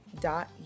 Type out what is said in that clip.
dot